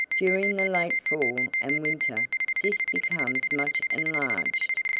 during the late fall and winter this becomes much enlarged.